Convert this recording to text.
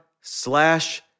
slash